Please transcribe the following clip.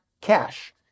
cash